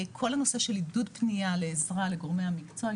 כל הנושא של עידוד פנייה לעזרה לגורמי המקצוע,